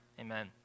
Amen